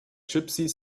gypsies